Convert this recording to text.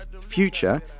Future